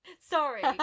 Sorry